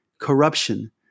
corruption